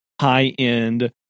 high-end